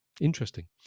interesting